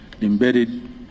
embedded